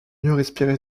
respirer